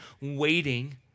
waiting